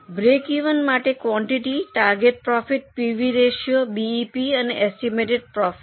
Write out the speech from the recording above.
breakeven માટે quantity target profit PV ratio BEP અને estimated profit